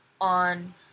on